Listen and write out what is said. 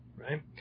right